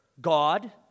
God